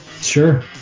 sure